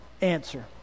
answer